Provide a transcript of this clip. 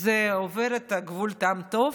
זה עובר את גבול הטעם הטוב.